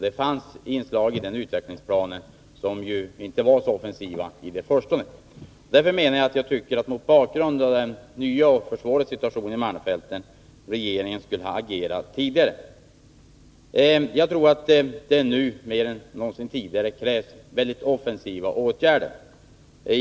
Det fanns inslag i utvecklingsplanen som i förstone inte var så offensiva. Mot bakgrund av den nya och försvårade situationen i malmfälten borde regeringen enligt min mening ha agerat tidigare. Jag tror att det nu mer än någonsin tidigare krävs offensiva åtgärder.